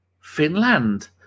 Finland